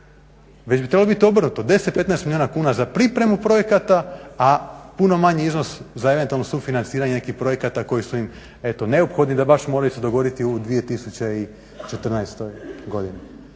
već bi trebalo biti obrnuto, 10, 15 milijuna kuna za pripremu projekata, a puno manji iznos za eventualno sufinanciranje nekih projekata koji su im eto neophodni da baš moraju se dogoditi u 2014. godini.